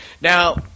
Now